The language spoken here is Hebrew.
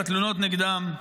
בתלונות נגדם.